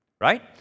Right